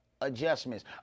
adjustments